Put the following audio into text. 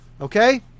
Okay